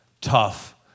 tough